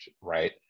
right